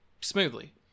smoothly